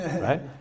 right